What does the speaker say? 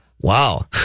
Wow